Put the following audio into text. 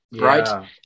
right